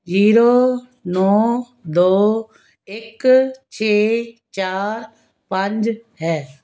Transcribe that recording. zero ਨੌਂ ਦੋ ਇੱਕ ਛੇ ਚਾਰ ਪੰਜ ਹੈ